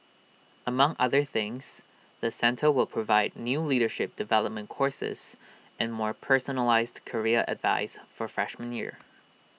among other things the centre will provide new leadership development courses and more personalised career advice for freshman year